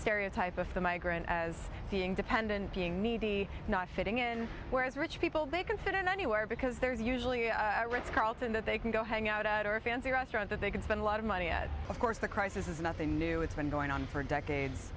stereo type of the migrant as being dependent being needy not fitting in whereas rich people they can fit in anywhere because there's usually a carlton that they can go hang out at or a fancy restaurant that they can spend a lot of money at of course the crisis is nothing new it's been going on for decades